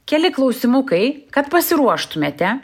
keli klausimukai kad pasiruoštumėte